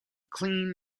clean